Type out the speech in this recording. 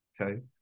Okay